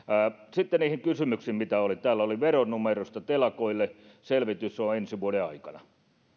sitten niihin kysymyksiin mitä oli täällä oli kysymys veronumeroista telakoille selvitys on ensi vuoden aikana